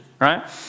right